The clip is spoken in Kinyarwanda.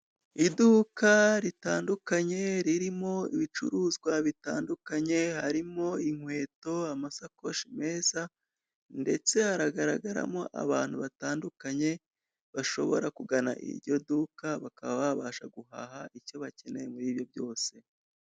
Iduka ritandukanye ririmo ibicuruzwa bitandukanye harimo inkweto amasakoshi meza ndetse hagaragaramo abantu batandukanye bashobora kugana iryo duka bakaba babasha guhaha icyo bakeneye muri ibyo byose.